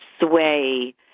sway